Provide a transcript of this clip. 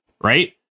right